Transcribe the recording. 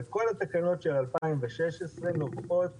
כל התקנות של 2016 נובעות